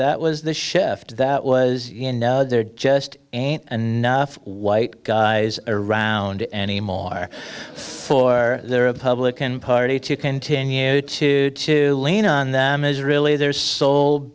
that was the shift that was you know there just ain't and nuff white guys around anymore for the republican party to continue to to lean on them is really their sole